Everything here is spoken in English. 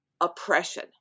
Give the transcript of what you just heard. oppression